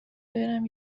برم